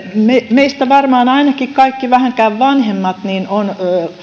meistä varmaan ainakin kaikki vähänkään vanhemmat ovat